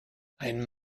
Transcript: ein